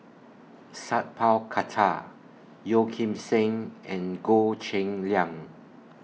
Sat Pal Khattar Yeo Kim Seng and Goh Cheng Liang